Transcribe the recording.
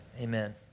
amen